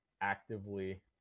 actively